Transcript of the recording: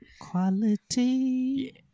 quality